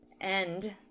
end